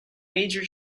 major